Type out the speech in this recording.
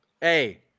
Hey